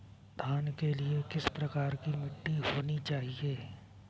धान के लिए किस प्रकार की मिट्टी होनी चाहिए?